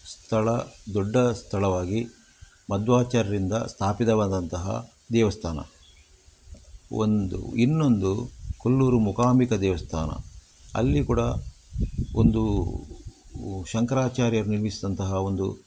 ಸ್ಥಳ ದೊಡ್ಡ ಸ್ಥಳವಾಗಿ ಮದ್ವಾಚಾರರಿಂದ ಸ್ಥಾಪಿತವಾದಂತಹ ದೇವಸ್ಥಾನ ಒಂದು ಇನ್ನೊಂದು ಕೊಲ್ಲೂರು ಮುಕಾಂಬಿಕ ದೇವಸ್ಥಾನ ಅಲ್ಲಿ ಕೂಡ ಒಂದು ಶಂಕರಾಚಾರ್ಯರು ನಿರ್ಮಿಸಿದಂತಹ ಒಂದು